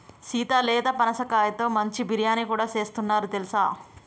సీత లేత పనసకాయతో మంచి బిర్యానీ కూడా సేస్తున్నారు తెలుసా